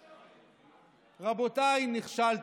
רבותיי, נכשלתם.